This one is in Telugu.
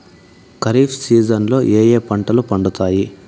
ఖరీఫ్ సీజన్లలో ఏ ఏ పంటలు పండుతాయి